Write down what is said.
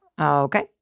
Okay